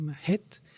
hit